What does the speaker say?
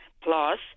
Plus